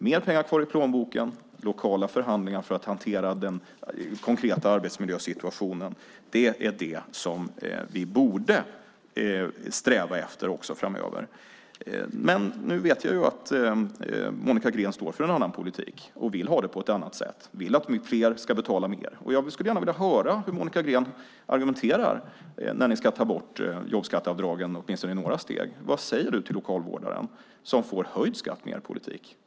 Mer pengar kvar i plånboken och lokala förhandlingar för att hantera den konkreta arbetsmiljösituationen - det är vad vi även framöver borde sträva efter. Nu vet jag att Monica Green står för en annan politik och vill ha det på ett annat sätt, vill att fler ska betala mer. Jag skulle gärna vilja höra hur ni argumenterar, Monica Green, när ni ska ta bort jobbskatteavdragen i åtminstone några steg. Vad säger du till lokalvårdaren som får höjd skatt med er politik?